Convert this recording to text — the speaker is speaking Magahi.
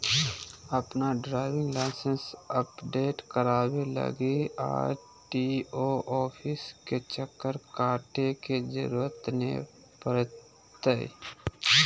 अपन ड्राइविंग लाइसेंस अपडेट कराबे लगी आर.टी.ओ ऑफिस के चक्कर काटे के जरूरत नै पड़तैय